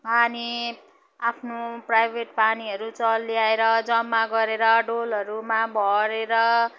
हामी आफ्नो प्राइभेट पानीहरू छ ल्याएर जम्मा गरेर डोलहरूमा भरेर